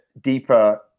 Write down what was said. deeper